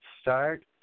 start